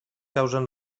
causen